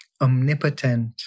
omnipotent